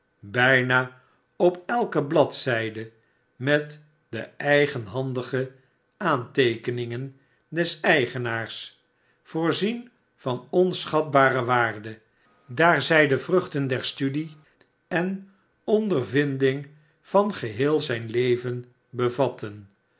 bijna op elke bladzijde met de eigenhandige aanteekeningen des eigenaars voorzien van onschatbare waarde daar zij de vruchten der studie en ondervinding van geheel zijn leven bevatten